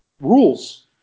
Rules